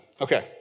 Okay